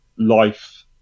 life